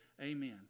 Amen